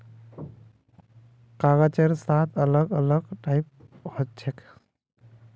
कागजेर सात अलग अलग टाइप हछेक